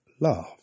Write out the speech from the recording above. love